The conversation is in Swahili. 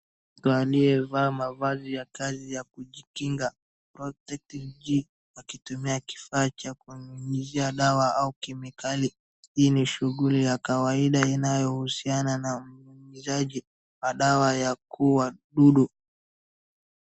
Walie vaa mavazi ya kazi ya kujikinga protect G wakitumia kifaa cha kunyunyizia dawa au kimikali. Hii ni shughuli ya kawaida inayohusiana na mnyunyizaji wa dawa ya kuua dudu.